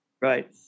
right